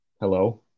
Hello